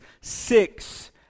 six